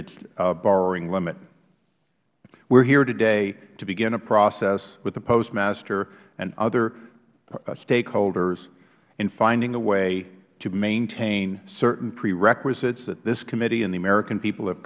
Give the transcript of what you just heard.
its borrowing limit we are here today to begin a process with the postmaster and other stakeholders in finding a way to maintain certain prerequisites that this committee and the american people have